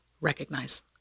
recognize